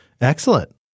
Excellent